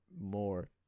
more